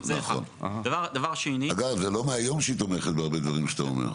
אגב זה לא מהיום שהיא תומכת בהרבה דברים שאתה אומר,